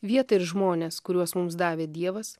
vietą ir žmones kuriuos mums davė dievas